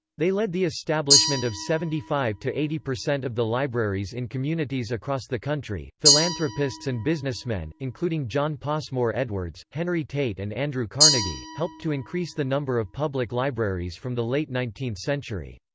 they led the establishment of seventy five eighty percent of the libraries in communities across the country philanthropists and businessmen, including john passmore edwards, henry tate and andrew carnegie, helped to increase the number of public libraries from the late nineteenth century.